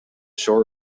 shore